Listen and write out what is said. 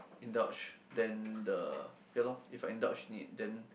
indulge then the ya lor if I indulge in it then